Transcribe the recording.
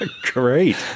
Great